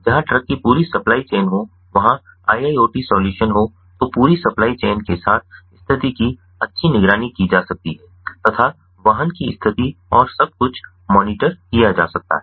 जहां ट्रक की पूरी सप्लाई चेन हों वहां IIoT सॉल्यूशन हो तो पूरी सप्लाई चेन के साथ स्थिति की अच्छी निगरानी की जा सकती है तथा वाहन की स्थिति और सब कुछ मॉनिटर किया जा सकता है